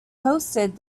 hosted